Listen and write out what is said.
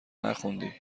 نخوندی